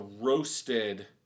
roasted